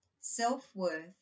self-worth